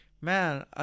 man